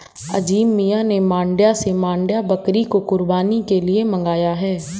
अजीम मियां ने मांड्या से मांड्या बकरी को कुर्बानी के लिए मंगाया है